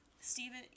Stephen